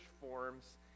forms